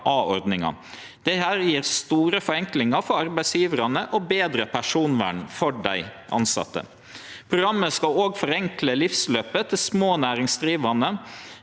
Dette gjev store forenklingar for arbeidsgjevarane og betre personvern for dei tilsette. Programmet skal òg forenkle livsløpet til små næringsdrivande